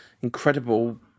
incredible